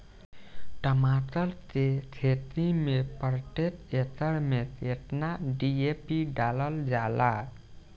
टमाटर के खेती मे प्रतेक एकड़ में केतना डी.ए.पी डालल जाला?